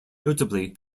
notably